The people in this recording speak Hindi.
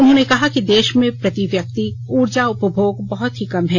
उन्होंने कहा कि देश में प्रतिव्यक्ति ऊर्जा उपभोग बहत ही कम है